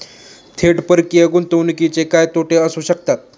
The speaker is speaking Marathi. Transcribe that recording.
थेट परकीय गुंतवणुकीचे काय तोटे असू शकतात?